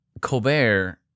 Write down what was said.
colbert